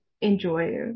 enjoy